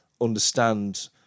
understand